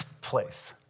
place